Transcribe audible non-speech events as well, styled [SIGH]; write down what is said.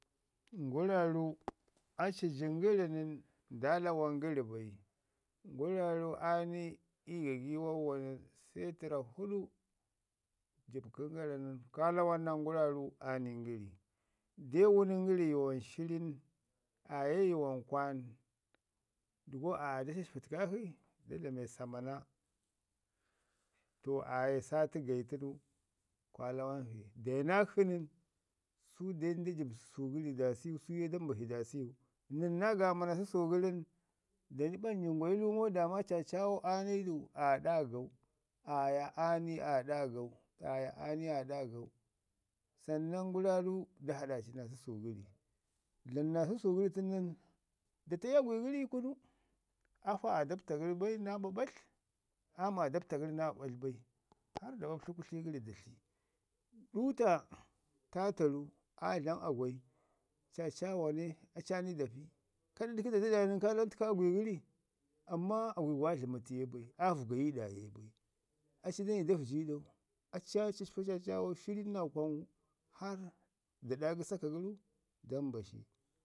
Nguraaru, aci jin gəri nən, nda lwan gəri bai, nguraaru aa ni ii gagiwak wa nən se tərra fuɗu a jəb kən gara nən kaa ləwan naa nguraaru aa ni ngəri de wunin gəri yuwan shirin aaye yuwan kwan, dəgo aaya da cafpi təkak shi dlame samana, to aa ye saati gayi tənu kwa lawan shi deu nakshi nən, su den da jəb səsu gəri da siwu. Nən naa gaamana səsu gərin nən [UNINTELLIGIBLE] daama caacawau aa ni du, aa ɗaagau, aa ya aani aa ɗaagau, aa ya aa ni aa ɗaggau, sannan nguraru da haɗaci naa səsu gəri. Dlamu naa səsu gəri tən nən da ta'i agwi gəri ii kunu, afa aa dapta gəri bai naa ɓaɓatl, am aa dapta gəri bai naa ɓaɓatl, harr da ɓaɓtli kutli gəri da tli. Duuta, toataru aa dlama agwai, caarawa ne aci aa ni da pi, ka dəgi da dəɗa nən kaa lawan təka agui gəri amma agui gu aa dləmatu ye bai aa vəgayi ɗa ye bai. Aci da ni da vəji ɗau, aci ye a cacpa caraman shirin naa kwan harr da ɗaagi səsu gəru da mbashi.